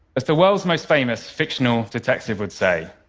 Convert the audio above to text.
as the world's most famous fictional detective would say,